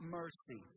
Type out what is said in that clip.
mercy